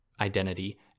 identity